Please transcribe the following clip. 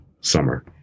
Summer